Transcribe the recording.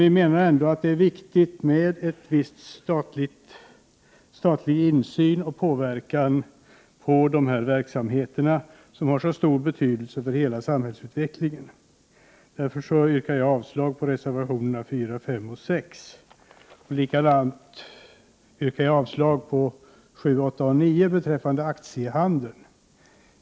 Vi menar ändå att det är viktigt med en viss statlig insyn i och påverkan på dessa verksamheter, som har så stor betydelse för hela samhällsutvecklingen. Därför yrkar jag avslag på reservationerna 4, 5 och 6. Jag yrkar likaså avslag på reservationerna 7, 8 och 9 beträffande aktiehandeln.